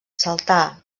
saltar